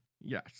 Yes